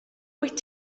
wyt